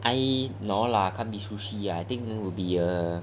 I no lah can't be sushi lah I think it would be